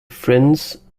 friends